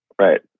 right